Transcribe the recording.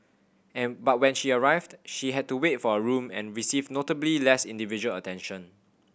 and but when she arrived she had to wait for a room and received notably less individual attention